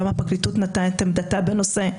גם הפרקליטות נתנה את עמדתה בנושא,